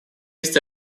есть